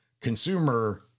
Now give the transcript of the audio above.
consumer